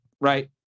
right